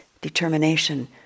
determination